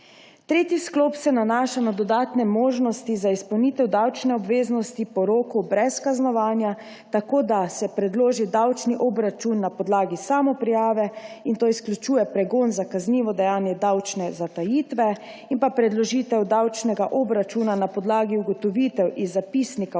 Tretji sklop se nanaša na dodatne možnosti za izpolnitev davčne obveznosti po roku brez kaznovanja tako, da se predloži davčni obračun na podlagi samoprijave in to izključuje pregon za kaznivo dejanje davčne zatajitve, in predložitev davčnega obračuna na podlagi ugotovitev iz zapisnika o